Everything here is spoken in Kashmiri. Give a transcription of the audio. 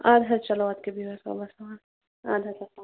اَدٕ حظ چلو اَدٕ کیٛاہ بِہِو حظ رۄبَس حَوالہٕ اَدٕ حظ اَسلام علیکُم